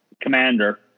Commander